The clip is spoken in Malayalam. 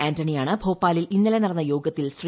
ആന്റണിയാണ് ഭോപ്പാലിൽ ഇന്നലെ നടന്ന യോഗത്തിൽ ശ്രീ